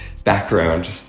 Background